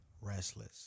restless